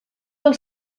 del